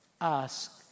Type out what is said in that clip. Ask